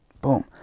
Boom